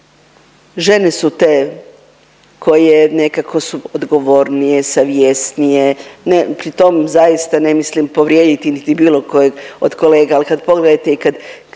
žene su te koje nekako su odgovornije, savjesnije. Pritom ne mislim povrijediti niti bilo kojeg od kolega, ali kad pogledate i kad